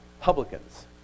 publicans